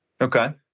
Okay